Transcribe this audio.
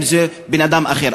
אם זה בן-אדם אחר,